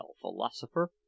philosopher